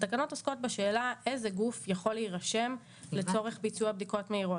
התקנות עוסקות בשאלה איזה גוף יכול להירשם לצורך ביצוע בדיקות מהירות.